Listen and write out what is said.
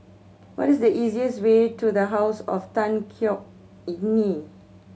what is the easiest way to The House of Tan Yeok Nee